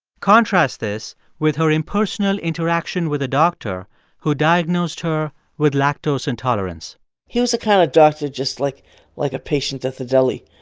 contrast this with her impersonal interaction with a doctor who diagnosed her with lactose intolerance he was the kind of doctor just like like a patient at the deli,